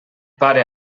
pare